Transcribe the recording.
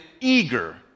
eager